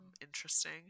interesting